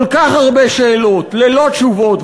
כל כך הרבה שאלות ללא תשובות,